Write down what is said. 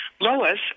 Lois